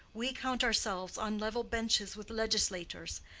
we count ourselves on level benches with legislators.